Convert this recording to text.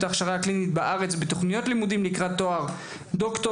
ההכשרה הקלינית בארץ ובתכניות לימודים לקראת תואר דוקטור